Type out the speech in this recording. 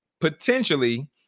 potentially